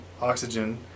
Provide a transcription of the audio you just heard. oxygen